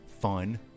Fun